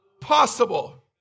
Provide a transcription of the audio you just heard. possible